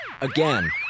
Again